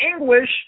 English